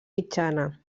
mitjana